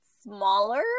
smaller